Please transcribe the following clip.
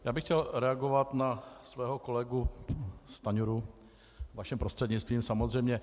Já bych chtěl reagovat na svého kolegu Stanjuru, vaším prostřednictvím samozřejmě.